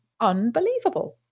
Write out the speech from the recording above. unbelievable